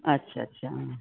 अच्छा अच्छा